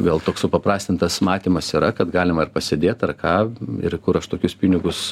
vėl toks supaprastintas matymas yra kad galima ir pasėdėt ar ką ir kur aš tokius pinigus